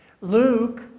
Luke